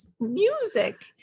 Music